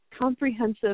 comprehensive